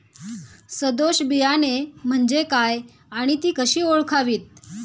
सदोष बियाणे म्हणजे काय आणि ती कशी ओळखावीत?